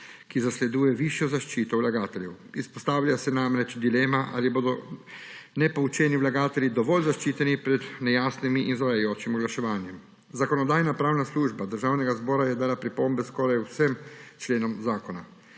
ki zasleduje višjo zaščito vlagateljev. Izpostavlja se namreč dilema, ali bodo nepoučeni vlagatelji dovolj zaščiteni pred nejasnim in zavajajočim oglaševanjem. Zakonodajno-pravna služba Državnega zbora je dala pripombe skoraj k vsem členom zakona.